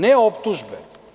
Ne optužbe.